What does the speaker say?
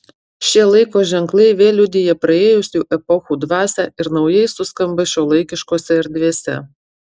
šie laiko ženklai vėl liudija praėjusių epochų dvasią ir naujai suskamba šiuolaikiškose erdvėse